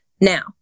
Now